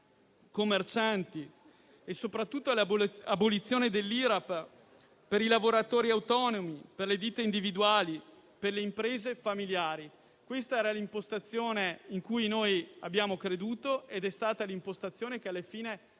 commercianti. Assistiamo soprattutto all'abolizione dell'IRAP per i lavoratori autonomi, per le ditte individuali e le imprese familiari. Questa era l'impostazione in cui abbiamo creduto e che alla fine